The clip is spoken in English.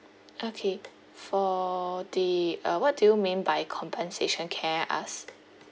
okay for the uh what do you mean by compensation can I ask